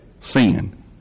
sin